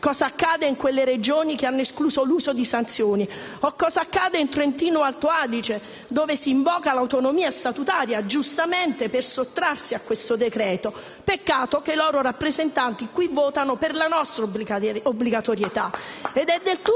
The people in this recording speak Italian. cosa accadrà in quelle Regioni che hanno escluso l'uso di sanzioni, o cosa accadrà in Trentino-Alto Adige, dove si invoca l'autonomia statutaria - giustamente - per sottrarsi a questo decreto-legge. Peccato che i loro rappresentanti votano per la nostra obbligatorietà.